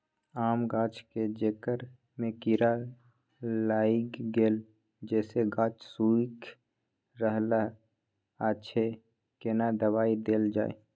आम गाछ के जेकर में कीरा लाईग गेल जेसे गाछ सुइख रहल अएछ केना दवाई देल जाए?